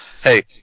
hey